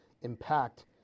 impact